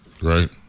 right